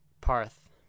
Parth